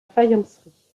faïencerie